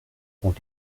und